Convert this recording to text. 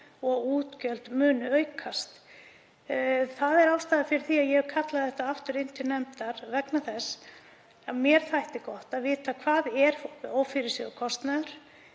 að útgjöld muni aukast. Það er ástæðan fyrir því að ég kalla þetta aftur inn til nefndar vegna þess að mér þætti gott að vita hvað er ófyrirséður kostnaður,